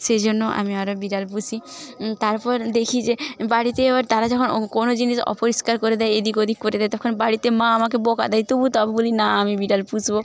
সেই জন্য আমি আরো বিড়াল পুষি তারপর দেখি যে বাড়িতেও তারা যখন ও কোনো জিনিস অপরিষ্কার করে দেয় এদিক ওদিক করে দেয় তখন বাড়িতে মা আমাকে বকা দেয় তবু তাও বলি না আমি বিড়াল পুষবো